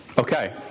Okay